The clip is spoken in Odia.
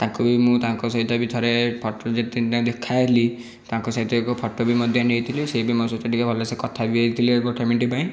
ତାଙ୍କୁ ବି ମୁଁ ତାଙ୍କ ସହିତ ବି ଥରେ ଦେଖା ହେଲି ତାଙ୍କ ସହିତ ଏକ ଫଟୋ ବି ମଧ୍ୟ ନେଇଥିଲି ସେ ବି ମୋ ସହିତ ଟିକେ ଭଲ ସେ କଥା କହିଥିଲେ ଗୋଟେ ମିନିଟ୍ ପାଇଁ